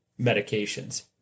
medications